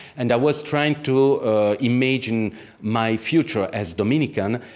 and i was trying to imagine my future as dominican.